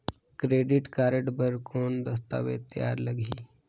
Credit card बर कौन दस्तावेज तैयार लगही?